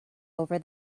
over